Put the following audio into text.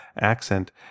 accent